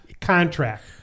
contract